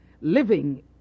Living